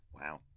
Wow